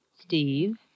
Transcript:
Steve